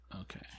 Okay